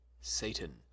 Satan